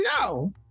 No